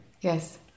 Yes